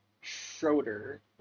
Schroeder